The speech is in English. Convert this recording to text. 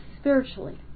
spiritually